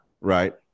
Right